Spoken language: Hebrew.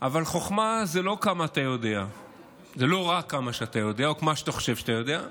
אבל חוכמה היא לא רק כמה אתה יודע או מה שאתה חושב שאתה יודע,